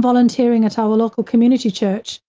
volunteering at our local community church,